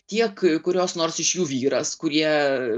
tiek kurios nors iš jų vyras kurie